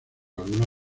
alguna